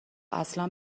اصلا